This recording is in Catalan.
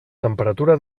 temperatura